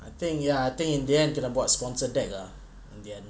I think ya I think in the end tu nak buat sponsor tag ah in the end